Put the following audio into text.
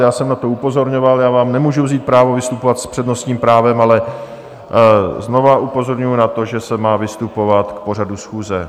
Já jsem na to upozorňoval, já vám nemůžu vzít právo vystupovat s přednostním právem, ale znovu upozorňuji na to, že se má vystupovat k pořadu schůze.